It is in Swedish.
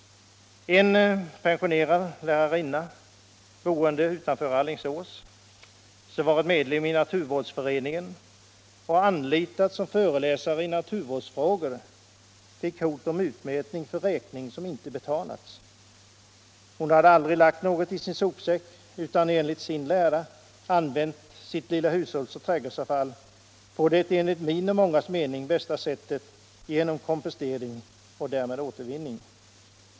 En pensionerad lärarinna bosatt utanför Alingsås, som varit medlem i naturvårdsföreningen och anlitats som föreläsare i naturvårdsfrågor, hotades med utmätning för räkning som inte betalats. Hon hade aldrig lagt något i sin sopsäck utan enligt sin lära använt sitt lilla hushållsoch trädgårdsavfall på det enligt min och många andras mening bästa sättet, nämligen till kompostering och därmed återvinning.